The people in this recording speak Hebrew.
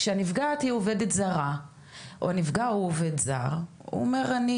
כשהנפגעת או הנפגעה היא עובדת זרה או עובד זר והיא אומרת "אני